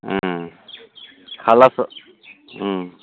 हालाथ'